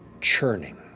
churning